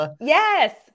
Yes